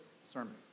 sermon